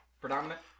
predominant